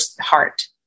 heart